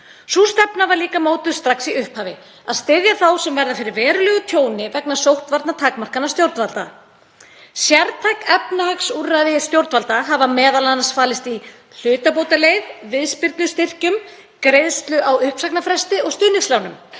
Sú stefna var mótuð strax í upphafi að styðja þá sem verða fyrir verulegu tjóni vegna sóttvarnatakmarkana stjórnvalda. Sértæk efnahagsúrræði stjórnvalda hafa m.a. falist í hlutabótaleið, viðspyrnustyrkjum, greiðslu á uppsagnarfresti og stuðningslánum.